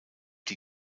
die